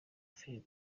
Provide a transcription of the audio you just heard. filime